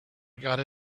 got